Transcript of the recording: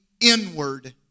inward